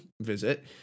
visit